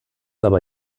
aber